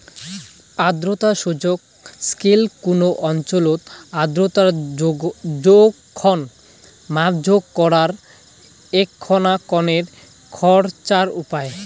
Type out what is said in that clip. আর্দ্রতা সূচক স্কেল কুনো অঞ্চলত আর্দ্রতার জোখন মাপজোক করার এ্যাকনা কণেক খরচার উপাই